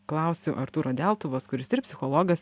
klausiu artūro deltuvos kuris ir psichologas